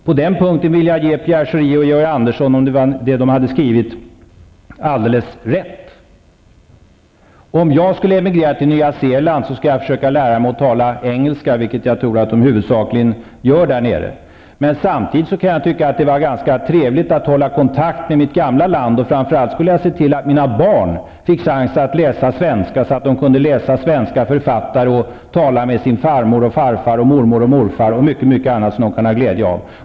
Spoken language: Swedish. På den punkten vill jag ge Pierre Schori och Georg Andersson alldeles rätt, om det var det de hade skrivit. Om jag skulle emigrera till Nya Zeeland skulle jag försöka lära mig att tala engelska, vilket jag tror att man huvudsakligen gör där. Men samtidigt skulle jag tycka att det vore ganska trevligt att hålla kontakt med mitt gamla land, och framför allt skulle jag se till att mina barn fick chans att läsa svenska så att de kunde läsa svenska författare och tala med sin farmor och farfar, sin mormor och morfar och mycket annat som de kan ha glädje av.